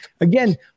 again